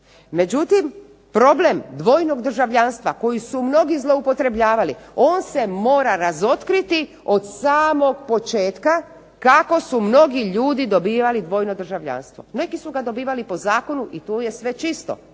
međutim, problem dvojnog državljanstva kojeg su mnogi zloupotrebljavali on se mora razotkriti od samog početka kako su mnogi ljudi dobijali dvojno državljanstvo. Neki su ga dobivali po zakonu, i tu je sve čisto